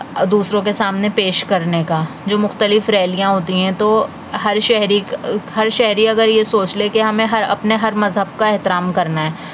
دوسروں کے سامنے پیش کرنے کا جو مختلف ریلیاں ہوتی ہیں تو ہر شہری ہر شہری اگر یہ سوچ لے کہ ہمیں ہر اپنے ہر مذہب کا احترام کرنا ہے